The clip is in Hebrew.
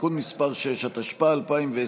(תיקון מס' 6), התשפ"א 2020,